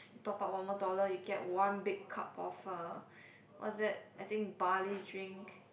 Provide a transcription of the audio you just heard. you top up one more dollar you get one big cup of uh what's that I think barley drink